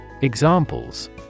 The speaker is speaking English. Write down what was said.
Examples